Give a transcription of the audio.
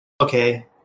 Okay